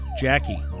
Jackie